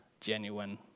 genuine